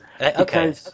Okay